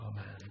Amen